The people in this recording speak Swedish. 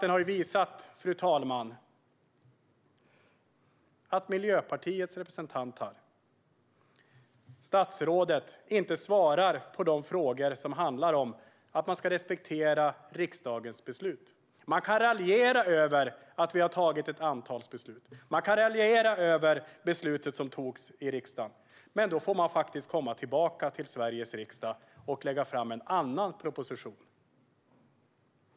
Denna debatt har visat att Miljöpartiets representant, statsrådet, inte svarar på de frågor som handlar om att man ska respektera riksdagens beslut. Man kan raljera över att vi har fattat ett antalsbeslut. Man kan raljera över det beslut som fattades i riksdagen, men då får man faktiskt komma tillbaka till Sveriges riksdag och lägga fram en annan proposition.